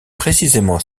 précisément